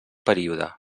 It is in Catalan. període